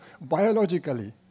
biologically